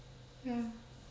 ya